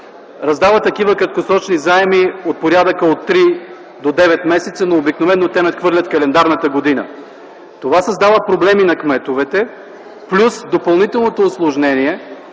раздава такива краткосрочни заеми от порядъка на от 3 до 9 месеца, но обикновено те надхвърлят календарната година. Това създава проблеми на кметовете плюс допълнителните усложнения,